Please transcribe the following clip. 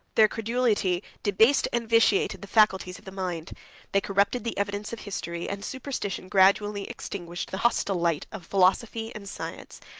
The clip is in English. their credulity debased and vitiated the faculties of the mind they corrupted the evidence of history and superstition gradually extinguished the hostile light of philosophy and science.